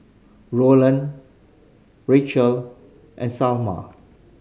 Roland Racheal and Salma